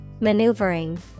Maneuvering